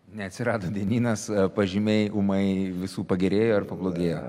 neatsirado dienynas pažymiai ūmai visų pagerėjo ar pablogėjo